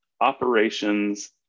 operations